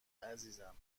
عزیزم